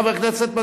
חבר הכנסת מגלי,